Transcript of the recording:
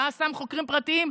הוא היה שם חוקרים פרטיים,